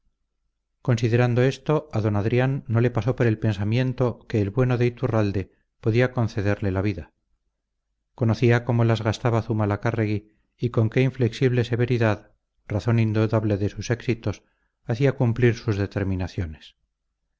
considerando esto a d adrián no le pasó por el pensamiento que el bueno de iturralde podía concederle la vida conocía cómo las gastaba zumalacárregui y con qué inflexible severidad razón indudable de sus éxitos hacía cumplir sus determinaciones